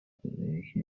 گزارش